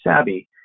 savvy